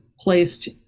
placed